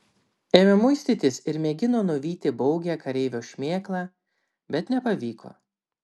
ėmė muistytis ir mėgino nuvyti baugią kareivio šmėklą bet nepavyko